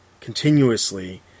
continuously